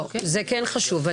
זה כן חשוב.